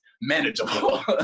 manageable